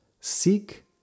Seek